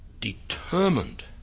determined